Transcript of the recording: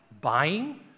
buying